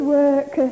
work